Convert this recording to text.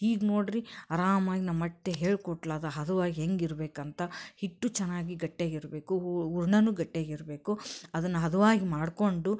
ಈಗ ನೋಡಿ ರೀ ಆರಾಮಾಗಿ ನಮ್ಮ ಅತ್ತೆ ಹೇಳ್ಕೊಟ್ಳು ಅದು ಹದವಾಗಿ ಹೆಂಗಿರಬೇಕಂತ ಹಿಟ್ಟು ಚೆನ್ನಾಗಿ ಗಟ್ಟಿಯಾಗಿರಬೇಕು ಹೂರಣನೂ ಗಟ್ಟಿಯಾಗಿರಬೇಕು ಅದನ್ನು ಹದ್ವಾಗಿ ಮಾಡಿಕೊಂಡು